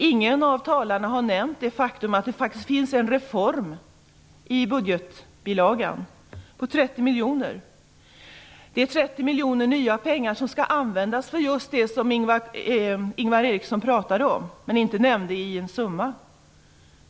Ingen av talarna här har nämnt det faktum att det i budgetbilagan finns en reform för 30 miljoner. Det är nya pengar, som skall användas för just det som Ingvar Eriksson pratade om, utan att nämna någon summa.